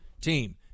team